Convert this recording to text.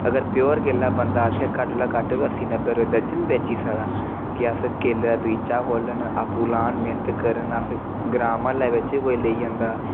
अगर प्योर केला बंदा इत्थे घट्ट कोला घट्ट बी अस्सी नब्बे रपेऽ दर्जन बेची सकदा के अस केले दा बगीचा खोलन आपूं लान मेह्नत करन अस ग्रांऽ म्हल्ले बिच्च बी कोई लेई जन्दा